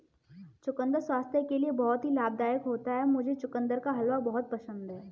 चुकंदर स्वास्थ्य के लिए बहुत ही लाभदायक होता है मुझे चुकंदर का हलवा बहुत पसंद है